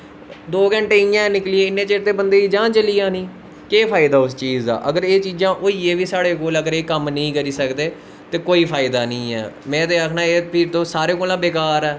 दो घैंटे ते इयां गै निकली जाने इन्नै चिरे चबंदे दी जान चली जानी केह् फायदा उस चीज़ दा अगर एह् चीजां होईयै बी एह् अगर कम्म नेंई करी सकदे ते कोई फायदा नी ऐ में ते आखना एह् सारें कोला दा बेकार ऐ